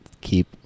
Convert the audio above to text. keep